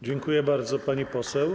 Dziękuję bardzo, pani poseł.